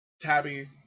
Tabby